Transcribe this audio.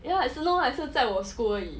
ya 在我 school 而已